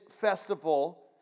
festival